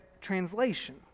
translation